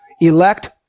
elect